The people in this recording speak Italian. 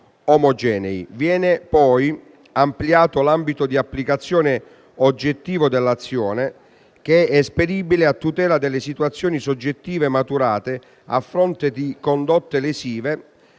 Viene, poi, ampliato l'ambito di applicazione oggettivo dell'azione, che è esperibile a tutela delle situazioni soggettive maturate a fronte di condotte lesive,